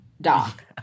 doc